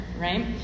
right